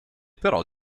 però